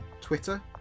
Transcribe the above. Twitter